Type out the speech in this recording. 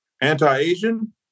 anti-Asian